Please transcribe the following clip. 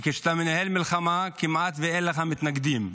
כי כשאתה מנהל מלחמה, כמעט שאין לך מתנגדים,